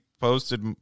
posted